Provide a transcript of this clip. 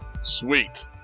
sweet